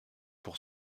pour